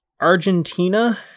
Argentina